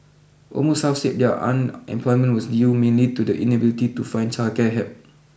almost half said their unemployment was due mainly to the inability to find childcare help